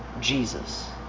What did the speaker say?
Jesus